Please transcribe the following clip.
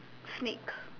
snake